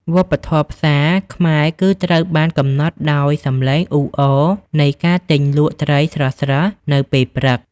វប្បធម៌ផ្សារ ខ្មែរគឺត្រូវបានកំណត់ដោយសំឡេងអ៊ូអរនៃការទិញលក់ត្រីស្រស់ៗនៅពេលព្រឹក។